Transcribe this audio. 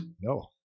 no